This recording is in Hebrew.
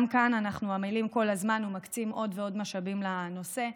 גם כאן אנחנו עמלים כל הזמן ומקצים עוד ועוד משאבים לנושא.